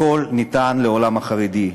הכול ניתן לעולם החרדי,